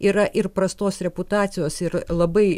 yra ir prastos reputacijos ir labai